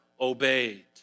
obeyed